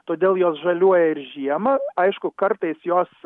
todėl jos žaliuoja ir žiemą aišku kartais jos